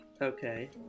okay